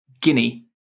Guinea